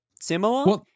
similar